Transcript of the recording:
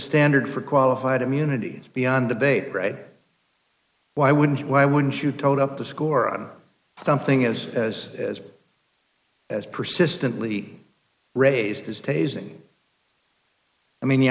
standard for qualified immunity beyond debate right why wouldn't why wouldn't you told up the score on something as as as as persistently raised as tasing i mean